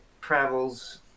travels